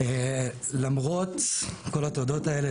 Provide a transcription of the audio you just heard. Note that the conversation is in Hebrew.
על אף כל התודות האלה,